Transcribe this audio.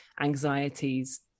anxieties